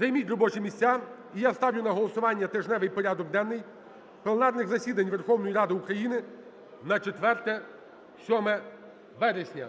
Займіть робочі місця, і я ставлю на голосування тижневий порядок денний пленарних засідань Верховної Ради України на 4-7 вересня.